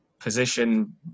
position